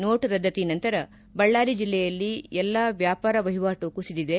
note ರದ್ದತಿ ನಂತರ ಬಳ್ಳಾರಿ ಜಿಲ್ಲೆಯಲ್ಲಿ ಎಲ್ಲ ವ್ಕಾಪಾರ ವಹಿವಾಟು ಕುಸಿದಿದೆ